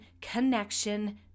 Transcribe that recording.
connection